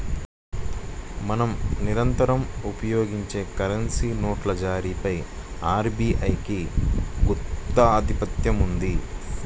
మనం నిరంతరం వినియోగించే కరెన్సీ నోట్ల జారీపై ఆర్బీఐకి గుత్తాధిపత్యం ఉంది